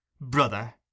Brother